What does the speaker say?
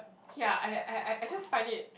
yeah I I I just find it